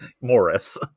Morris